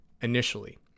initially